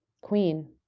queen